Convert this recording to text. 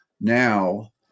now